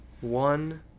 One